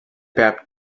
peab